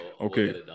Okay